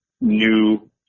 new